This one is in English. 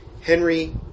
Henry